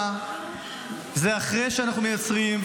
אחרי שאנחנו מייצרים,